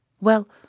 Well